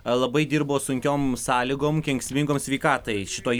labai dirbo sunkiom sąlygom kenksmingom sveikatai šitoj